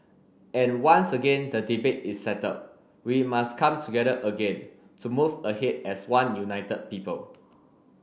and once again the debate is settled we must come together again to move ahead as one united people